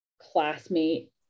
classmate